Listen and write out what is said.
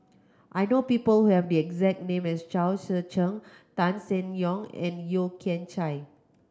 I know people who have the exact name as Chao Tzee Cheng Tan Seng Yong and Yeo Kian Chye